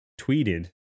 tweeted